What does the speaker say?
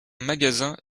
magasin